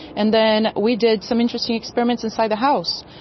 and then we did some interesting experiments inside the house.